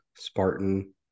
Spartan